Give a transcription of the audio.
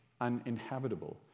uninhabitable